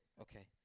okay